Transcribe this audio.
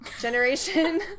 generation